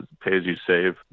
pay-as-you-save